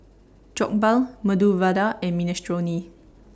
Jokbal Medu Vada and Minestrone